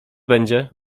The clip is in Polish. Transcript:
będzie